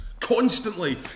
constantly